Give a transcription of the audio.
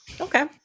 Okay